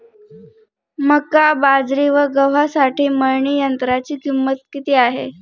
मका, बाजरी व गव्हासाठी मळणी यंत्राची किंमत किती आहे?